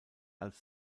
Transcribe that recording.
als